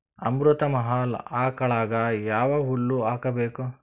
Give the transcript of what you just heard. ಅಮೃತ ಮಹಲ್ ಆಕಳಗ ಯಾವ ಹುಲ್ಲು ಹಾಕಬೇಕು?